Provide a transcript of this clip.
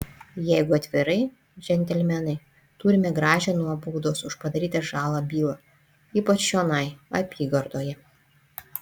jeigu atvirai džentelmenai turime gražią nuobaudos už padarytą žalą bylą ypač čionai apygardoje